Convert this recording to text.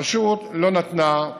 הרשות לא נתנה,